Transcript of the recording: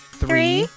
three